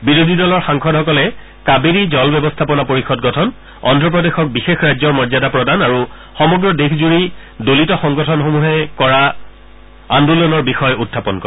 বিৰোধী দলৰ সাংসদসকলে কাবেৰী জল ব্যৱস্থাপনা পৰিযদ গঠন অদ্ৰপ্ৰদেশক বিশেষ ৰাজ্য মৰ্যাদা প্ৰদান আৰু সমগ্ৰ দেশজুৰি দলিত সংগঠনসমূহে কৰা আন্দোলনৰ বিষয় উত্থাপন কৰে